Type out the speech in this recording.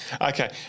Okay